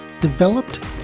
developed